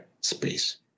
space